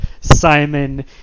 Simon